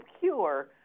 cure